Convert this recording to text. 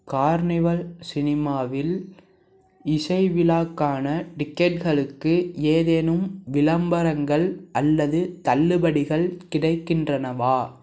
carnival சினிமாவில் இசை விழாக்கான டிக்கெட்களுக்கு ஏதேனும் விளம்பரங்கள் அல்லது தள்ளுபடிகள் கிடைக்கின்றனவா